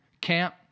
camp